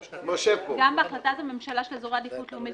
גם בהחלטת הממשלה של אזור עדיפות לאומית,